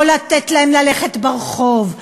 לא לתת להם ללכת ברחוב,